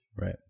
Right